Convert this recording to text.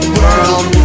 world